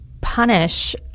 punish